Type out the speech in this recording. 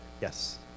Yes